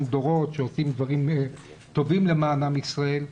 דורות שעושים דברים טובים למען עם ישראל.